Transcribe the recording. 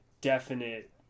definite